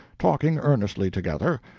talking earnestly together,